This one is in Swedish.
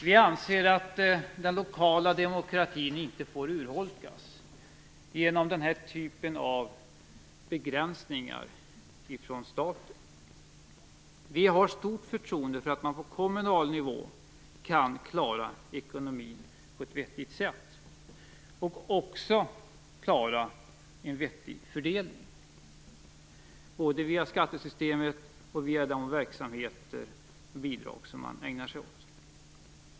Vi anser att den lokala demokratin inte får urholkas genom den här typen av begränsningar från staten. Vi har stort förtroende för att man på kommunal nivå kan klara ekonomin på ett vettigt sätt och också klara en vettig fördelning, både via skattesystemet och via de verksamheter och bidrag som man ägnar sig åt.